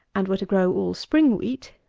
and were to sow all spring wheat,